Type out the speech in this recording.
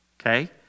okay